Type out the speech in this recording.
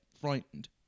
frightened